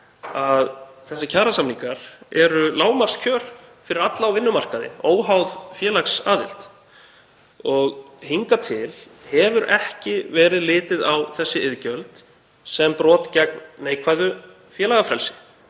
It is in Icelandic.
að þessir kjarasamningar eru lágmarkskjör fyrir alla á vinnumarkaði, óháð félagsaðild. Hingað til hefur ekki verið litið á þessi iðgjöld sem brot gegn neikvæðu félagafrelsi.